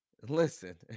listen